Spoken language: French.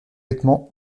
vêtements